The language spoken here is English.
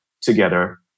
together